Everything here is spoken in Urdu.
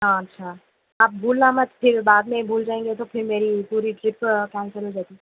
ہاں اچھا آپ بھولنا مت پھر بعد میں بھول جائیں گے تو پھر میری پوری ٹرپ کینسل ہو جائے گی